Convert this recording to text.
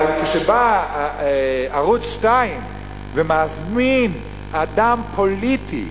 אבל כשבא ערוץ-2 ומזמין אדם פוליטי,